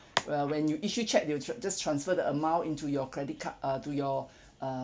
well when you issue cheque they'll tr~ just transfer the amount into your credit card uh to your